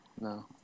no